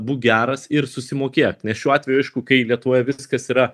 būk geras ir susimokėk nes šiuo atveju aišku kai lietuvoje viskas yra